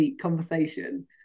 conversation